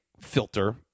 filter